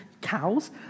cows